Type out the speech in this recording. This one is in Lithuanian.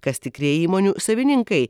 kas tikrieji įmonių savininkai